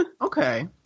Okay